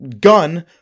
Gun